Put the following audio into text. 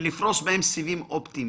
ולפרוס בהם סיבים אופטיים.